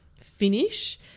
finish